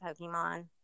Pokemon